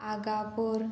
आगापूर